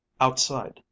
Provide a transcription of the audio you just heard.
Outside